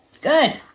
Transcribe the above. Good